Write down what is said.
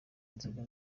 inzoga